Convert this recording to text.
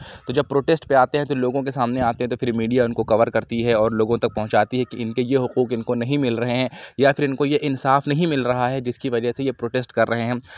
تو جب پروٹیسٹ پہ آتے ہیں تو لوگوں کے سامنے آتے ہیں تو میڈیا اُن کو کور کرتی ہے اور لوگوں تک پہنچاتی ہے کہ اِن کے یہ حقوق اِن کو نہیں مل رہے ہیں یا پھر اِن کو یہ انصاف نہیں مل رہا ہے جس کی وجہ سے یہ پروٹیسٹ کر رہے ہیں